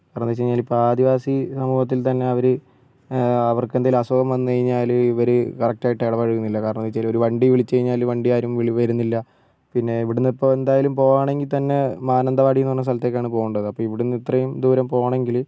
എന്തെന്ന് വെച്ച്കഴിഞ്ഞാൽ ഇപ്പം ആദിവാസി സമൂഹത്തിൽ തന്നെ അവർ അവർക്ക് എന്തെങ്കിലും അസുഖം വന്നുകഴിഞ്ഞാൽ ഇവർ കറക്റ്റായിട്ട് ഇടപഴകുന്നില്ല കാരണംവെച്ച് കഴിഞ്ഞാൽ വണ്ടിവിളിച്ച് കഴിഞ്ഞാൽ വണ്ടി ആരും വിളി വരുന്നില്ല പിന്നെ എവിടെന്നിപ്പം എന്തായാലും പോകണമെങ്കിൽ തന്നെ മാനന്തവാടിയെന്ന സ്ഥലത്തെക്കാണ് പോവണ്ടത് ഇവിടെന്ന് ഇത്രയും ദൂരം പോകണമെങ്കിൽ